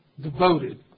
devoted